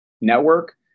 network